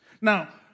Now